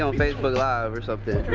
so facebook live or something.